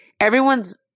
everyone's